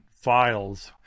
files